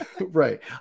right